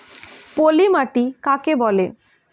পলি মাটি কাকে বলে?